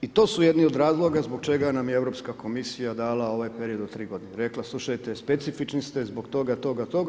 I to su jedni od razloga zbog čega nam je Europska komisija dala ovaj period od tri godine, rekla slušajte specifični ste zbog toga, toga, toga.